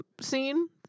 scene